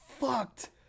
fucked